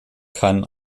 kann